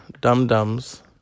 dum-dums